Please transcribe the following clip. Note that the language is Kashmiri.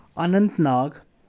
اننت ناگ